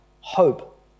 Hope